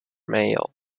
male